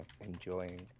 enjoying